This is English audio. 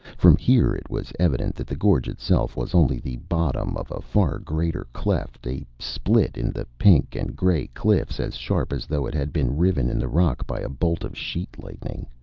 from here, it was evident that the gorge itself was only the bottom of a far greater cleft, a split in the pink-and-grey cliffs as sharp as though it had been riven in the rock by a bolt of sheet lightning.